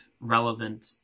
relevant